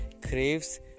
craves